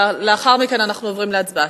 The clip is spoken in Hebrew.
לאחר מכן אנחנו עוברים להצבעה.